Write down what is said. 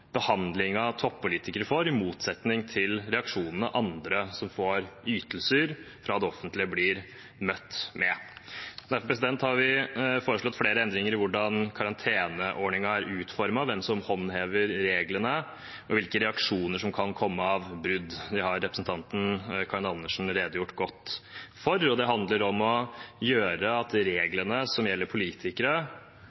toppolitikere får, og reaksjonene andre som får ytelser fra det offentlige, blir møtt med. Derfor har vi foreslått flere endringer i hvordan karanteneordningen er utformet, hvem som håndhever reglene, og hvilke reaksjoner som kan komme på brudd. Det har representanten Karin Andersen redegjort godt for, og det handler om å gjøre at